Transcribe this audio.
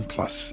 Plus